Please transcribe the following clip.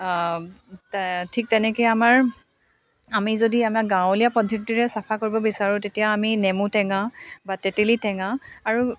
ঠিক তেনেকৈ আমাৰ আমি যদি আমাৰ গাৱলীয়া পদ্ধতিৰে চফা কৰিব বিচাৰোঁ তেতিয়া আমি নেমুটেঙা বা তেতেলি টেঙা আৰু